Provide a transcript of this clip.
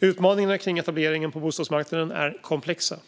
Utmaningarna kring etablering på bostadsmarknaden är komplexa.